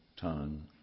tongue